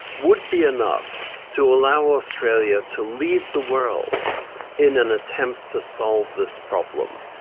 would be enough to allow australia to lead the world in an attempt to solve this problem.